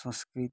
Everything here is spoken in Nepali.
संस्कृति